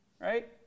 right